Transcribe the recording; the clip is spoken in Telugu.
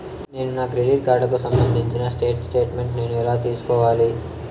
నేను నా క్రెడిట్ కార్డుకు సంబంధించిన స్టేట్ స్టేట్మెంట్ నేను ఎలా తీసుకోవాలి?